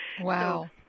Wow